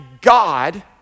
God